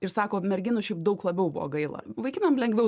ir sako merginų šiaip daug labiau buvo gaila vaikinam lengviau